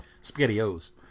Spaghetti-Os